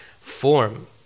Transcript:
form